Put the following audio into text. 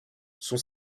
sont